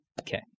Okay